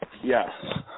Yes